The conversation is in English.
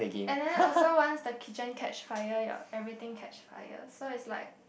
and then also once the kitchen catch fire your everything catch fire so it's like